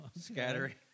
scattering